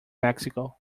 mexico